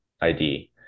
ID